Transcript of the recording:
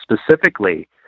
specifically